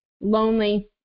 lonely